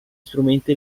strumenti